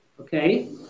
okay